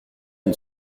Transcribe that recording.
une